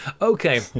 Okay